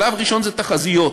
שלב ראשון זה תחזיות,